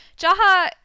Jaha